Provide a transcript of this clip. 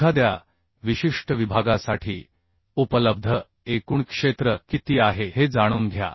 एखाद्या विशिष्ट विभागासाठी उपलब्ध एकूण क्षेत्र किती आहे हे जाणून घ्या